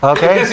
Okay